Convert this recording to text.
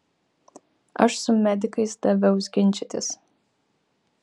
aš su medikais daviaus ginčytis